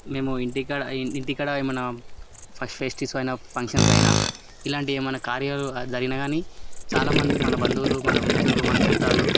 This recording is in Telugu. మేము ఇంటి కాడ ఇంటి కాడ ఏమన్నా అయినా ఫంక్షన్స్ అయినా ఇలాంటివి ఏమన్నా కార్యాలు జరిగిన కాని చాలామంది మన బంధువులు మన మిత్రులు మన చుట్టాలు